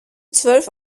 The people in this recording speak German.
zwölf